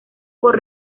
por